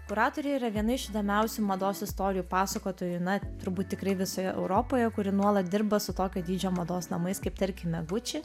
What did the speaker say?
kuratorė yra viena iš įdomiausių mados istorijų pasakotojų na turbūt tikrai visoje europoje kuri nuolat dirba su tokio dydžio mados namais kaip tarkime būči